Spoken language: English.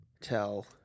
tell